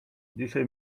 dzisiaj